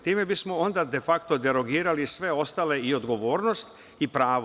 Time bismo onda defakto derogirali sve ostale i odgovornost i pravo.